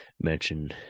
mention